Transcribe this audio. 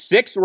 Six